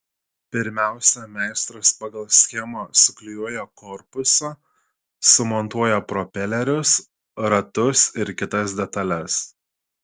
pirmiausia meistras pagal schemą suklijuoja korpusą sumontuoja propelerius ratus ir kitas detales